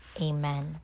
amen